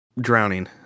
drowning